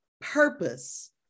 purpose